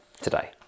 today